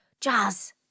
Jazz